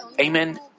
amen